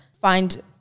Find